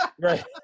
Right